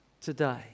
today